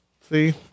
See